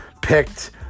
picked